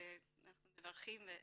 ואנחנו מברכים,